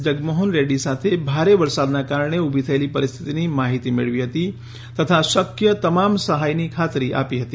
જગનમોહન રેડ્ડી સાથે ભારે વરસાદના કારણે ઊભી થયેલી પરિસ્થિતિની માહિતી મેળવી હતી તથા શક્ય તમામ સહાયની ખાતરી આપી હતી